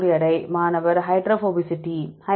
மூலக்கூறு எடை மாணவர் ஹைட்ரோபோபசிட்டி